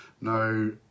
No